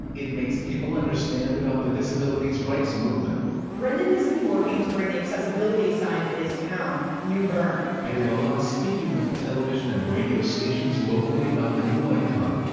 it makes people understand about the disabilities rights movement brendon has been working working to bring the accessibilities sign to his town, new bern i did a lot, speaking with television and radio stations locally about the new icon.